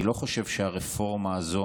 אני לא חושב שהרפורמה הזו